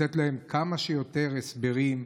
לתת להם כמה שיותר הסברים,